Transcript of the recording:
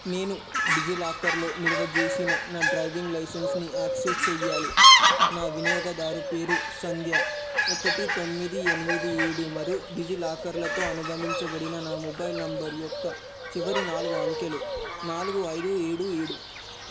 నేను డిజిలాకర్లో నిల్వచేసిన నా డ్రైవింగ్ లైసెన్స్ని యాక్సెస్ చెయ్యాలి నా వినియోగదారు పేరు సంధ్యా ఒకటి తొమ్మిది ఎనిమిది ఏడు మరు డిజిలాకర్తో అనుబంధించబడిన నా మొబైల్ నంబర్ యొక్క చివరి నాలుగు అంకెలు నాలుగు ఐదు ఏడు ఏడు